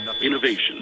Innovation